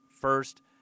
first